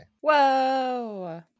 whoa